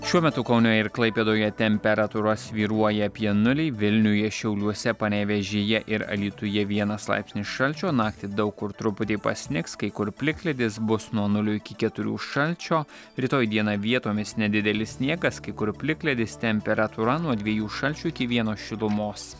šiuo metu kaune ir klaipėdoje temperatūra svyruoja apie nulį vilniuje šiauliuose panevėžyje ir alytuje vienas laipsnis šalčio naktį daug kur truputį pasnigs kai kur plikledis bus nuo nulio iki keturių šalčio rytoj dieną vietomis nedidelis sniegas kai kur plikledis temperatūra nuo dviejų šalčio iki vieno šilumos